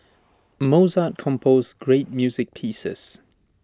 Mozart composed great music pieces